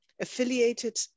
affiliated